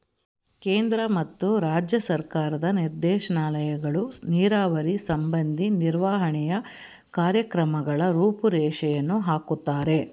ಕೇಂದ್ರ ಮತ್ತು ರಾಜ್ಯ ಸರ್ಕಾರದ ನಿರ್ದೇಶನಾಲಯಗಳು ನೀರಾವರಿ ಸಂಬಂಧಿ ನಿರ್ವಹಣೆಯ ಕಾರ್ಯಕ್ರಮಗಳ ರೂಪುರೇಷೆಯನ್ನು ಹಾಕುತ್ತಾರೆ